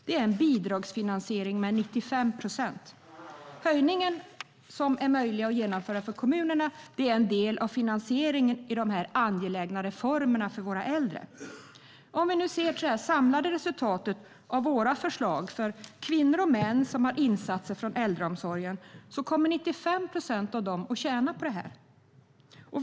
Det är en bidragsfinansiering med 95 procent. Höjningen, som är möjlig att genomföra för kommunerna, är en del av finansieringen av de angelägna reformerna för våra äldre. Sett till det samlade resultatet av våra förslag för kvinnor och män som har insatser från äldreomsorgen kommer 95 procent av dem att tjäna på detta.